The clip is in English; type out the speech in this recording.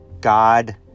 God